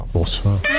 bonsoir